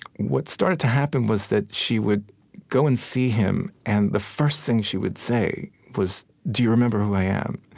what started to happen was that she would go and see him, and the first thing she would say was, do you remember who i am?